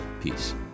Peace